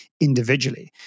individually